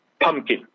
Pumpkin